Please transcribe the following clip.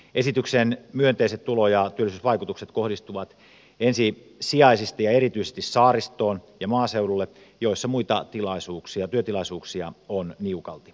esityksen myönteiset tulo ja työllisyysvaikutukset kohdistuvat ensisijaisesti ja erityisesti saaristoon ja maaseudulle joissa muita työtilaisuuksia on niukalti